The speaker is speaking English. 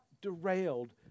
derailed